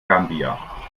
gambia